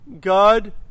God